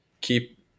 keep